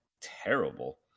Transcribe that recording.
terrible